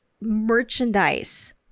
merchandise